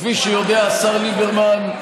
כפי שיודע השר ליברמן,